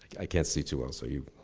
i can't see too well, so you.